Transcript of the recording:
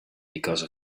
because